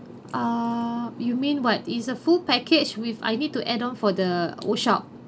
ah you mean what is a full package with I need to add on for the workshop